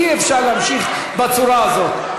אי-אפשר להמשיך בצורה הזאת.